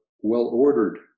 well-ordered